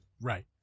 Right